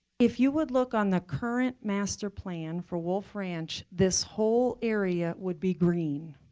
if you would look on the current master plan for wolf ranch, this whole area would be green.